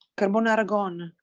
carbonara gone!